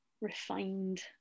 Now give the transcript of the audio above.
refined